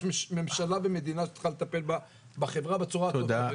יש ממשלה ומדינה שצריכה לטפל בה בחברה בצורה הטובה ביותר.